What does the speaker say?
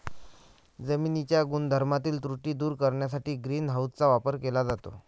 जमिनीच्या गुणधर्मातील त्रुटी दूर करण्यासाठी ग्रीन हाऊसचा वापर केला जातो